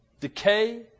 decay